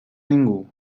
ningú